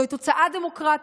זוהי תוצאה דמוקרטית,